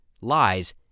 lies